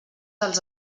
als